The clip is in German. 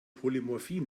polymorphie